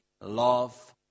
love